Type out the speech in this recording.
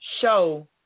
show